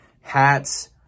hats